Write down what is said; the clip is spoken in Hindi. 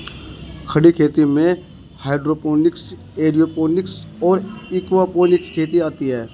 खड़ी खेती में हाइड्रोपोनिक्स, एयरोपोनिक्स और एक्वापोनिक्स खेती आती हैं